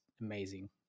amazing